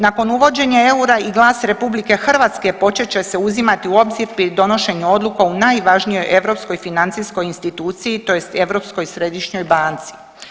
Nakon uvođenja eura i glas Republike Hrvatske počet će se uzimati u obzir pri donošenju odluka u najvažnijoj europskoj financijskoj instituciji, tj. Europskoj središnjoj banci.